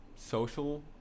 Social